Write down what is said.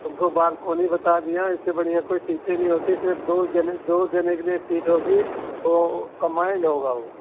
तुमको बालकोनी बता दिया हैं इससे बढ़िया कोई सीट ही नहीं होती सिर्फ दो जने दो जने के लिए सीट होगी तो कंबाइंड होगा वो